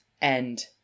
end